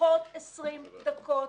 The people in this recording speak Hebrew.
לפחות 20 דקות